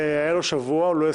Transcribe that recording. היה לו שבוע, הוא לא הספיק.